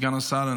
סגן השר,